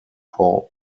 paw